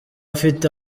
afite